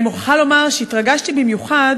אני מוכרחה לומר שהתרגשתי במיוחד